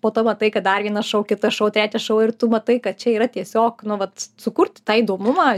po to matai kad dar vienas šou kitas šou trečias šou ir tu matai kad čia yra tiesiog nu vat sukurt tą įdomumą